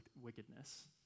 wickedness